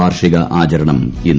വാർഷിക ആചരണം ഇന്ന്